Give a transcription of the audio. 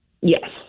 Yes